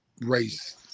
race